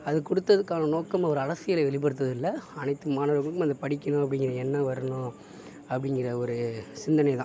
அதை கொடுத்ததுக்கான நோக்கம் அவர் அரசியலை வெளிப்படுத்துவது இல்லை அனைத்து மாணவர்களுக்கும் அந்த படிக்கணும் அப்படிங்கிற எண்ணம் வரணும் அப்படிங்கற ஒரு சிந்தனைதான்